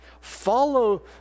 Follow